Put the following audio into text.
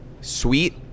sweet